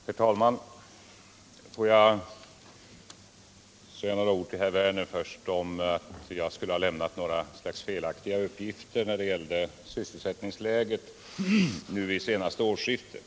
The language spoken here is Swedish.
Herr talman! Låt mig först säga några ord till Lars Werner, som påstod att jag skulle ha lämnat felaktiga uppgifter om sysselsättningsläget vid det senaste årsskiftet.